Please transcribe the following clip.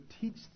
teach